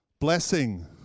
Blessing